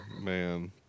Man